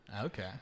Okay